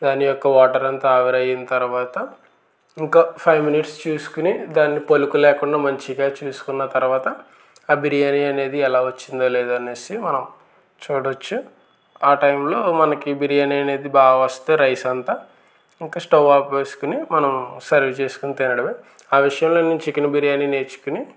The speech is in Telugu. దాని యొక్క వాటర్ అంతా ఆవిరి అయిన తర్వాత ఇంకా ఫైవ్ మినిట్స్ చూసుకుని దాన్ని పలుకు లేకుండా మంచిగా చూసుకున్న తర్వాత ఆ బిర్యానీ అనేది ఎలా వచ్చిందో లేదో అని మనం చూడవచ్చు ఆ టైంలో మనకి బిర్యానీ అనేది బాగా వస్తే రైస్ అంతా ఇంకా స్టవ్ ఆపేసుకుని మనం సర్వ్ చేసుకొని తినడం ఆ విషయంలో నేను చికెన్ బిర్యానీ నేర్చుకుని